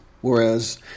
whereas